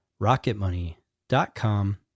rocketmoney.com